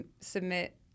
submit